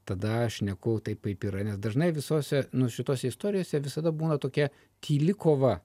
tada aš šneku taip kaip yra nes dažnai visose nu šitose istorijose visada būna tokia tyli kova